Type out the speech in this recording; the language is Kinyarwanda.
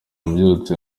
abyutse